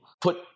put